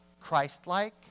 Christ-like